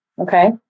Okay